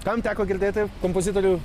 kam teko girdėti kompozitorių